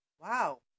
Wow